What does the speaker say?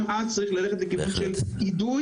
גם אז צריך ללכת על כיוון של אידוי,